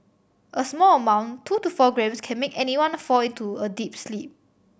a small amount two to four grams can make anyone fall into a deep sleep